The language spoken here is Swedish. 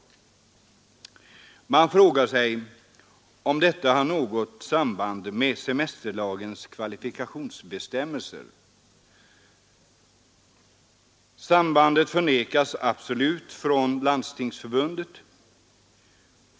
Man frågar sig, om detta har något samband med semesterlagens kvalifikationsbestämmelser om åtta arbetsdagar. Sambandet förnekas absolut från Landstingsförbundet.